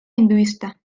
hinduista